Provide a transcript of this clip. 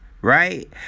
Right